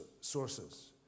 sources